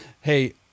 Hey